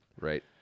Right